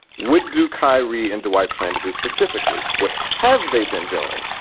what do kyrie and dwight plan to do specifically? what have they been doing?